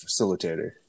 facilitator